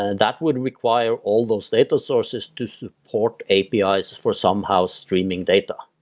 ah that would require all those data sources to support api's for somehow streaming data,